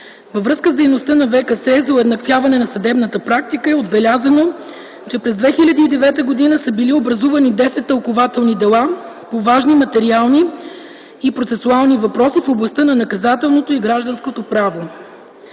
Във връзка с дейността на ВКС за уеднаквяване на съдебната практика е отбелязано, че през 2009 г. са били образувани 10 тълкувателни дела по важни материални и процесуални въпроси в областта на наказателното и гражданското право.